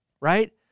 right